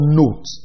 note